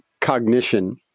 cognition